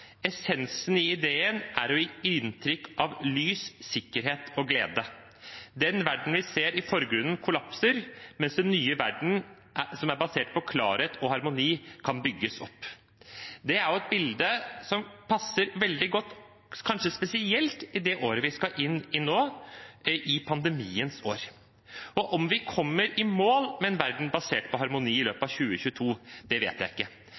i ideen er å gi inntrykk av lys, sikkerhet og glede. Den verden vi ser i forgrunnen kollapser, mens den nye verden er basert på klarhet og harmoni, og kan bygges opp.» Det er et bilde som passer veldig godt – kanskje spesielt i det året vi skal inn i nå, i pandemiens år. Om vi kommer i mål med en verden basert på harmoni i løpet av 2022, vet jeg ikke. Men det jeg vet, er